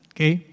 Okay